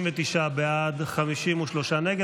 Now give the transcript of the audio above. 59 בעד, 53 נגד.